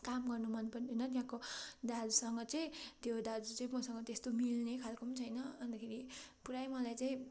काम गर्नु मन पनि थिएन त्यहाँको दाजुसँग चाहिँ त्यो दाजु चाहिँँ मसँग चाहिँ त्यस्तो मिल्ने खाले पनि छैन अन्तखेरि पुरा मलाई चाहिँ